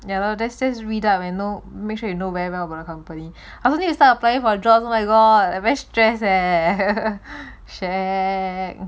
ya lor just just read up and know make sure you know we're well about the company I also need to start applying for a job on my god I very stress leh shag